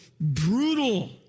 brutal